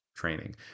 training